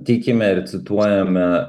tikime ir cituojame